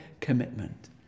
commitment